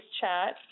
chat